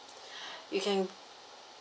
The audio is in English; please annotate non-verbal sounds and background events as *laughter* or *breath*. *breath* you can